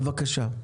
בבקשה.